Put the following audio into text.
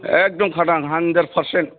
एखदम खाथां hundred percent